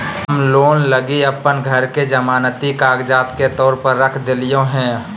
हम लोन लगी अप्पन घर के जमानती कागजात के तौर पर रख देलिओ हें